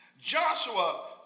Joshua